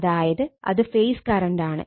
അതായത് അത് phase current ആണ്